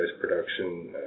production